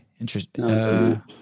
Interesting